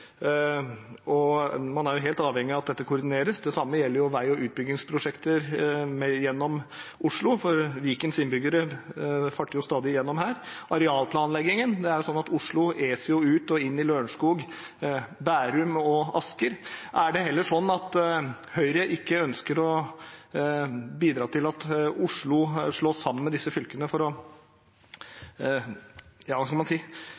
og man er jo helt avhengig av at dette koordineres. Det samme gjelder vei- og utbyggingsprosjekter gjennom Oslo, for Vikens innbyggere farter stadig gjennom her. Med tanke på arealplanleggingen er det jo sånn at Oslo eser ut, og inn i Lørenskog, Bærum og Asker. Er det heller det at Høyre ikke ønsker å bidra til at Oslo slås sammen med disse fylkene for å